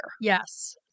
Yes